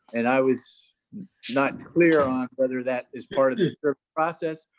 and i was not clear on whether that is part of the process,